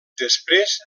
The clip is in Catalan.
després